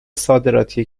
صادراتی